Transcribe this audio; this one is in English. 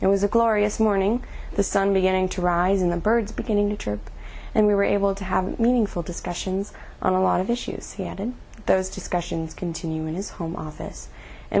it was a glorious morning the sun beginning to rise in the birds beginning to trip and we were able to have meaningful discussions on a lot of issues he added those discussions continue in his home office and